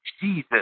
Jesus